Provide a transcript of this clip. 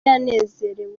yanezerewe